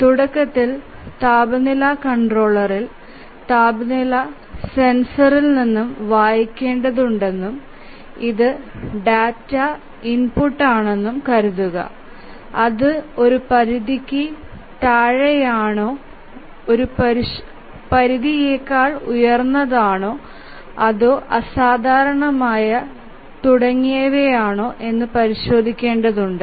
തുടക്കത്തിൽ താപനില കൺട്രോളറിൽ താപനില സെൻസറിൽ നിന്ന് വായിക്കേണ്ടതുണ്ടെന്നും ഇത് ഡാറ്റാ ഇൻപുട്ടാണെന്നും കരുതുക അത് ഒരു പരിധിക്ക് താഴെയാണോ ഒരു പരിധിയേക്കാൾ ഉയർന്നതാണോ അതോ അസാധാരണമായ തുടങ്ങിയവയാണോ എന്ന് പരിശോധിക്കേണ്ടതുണ്ട്